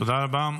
תודה רבה.